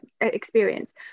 experience